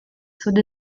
sud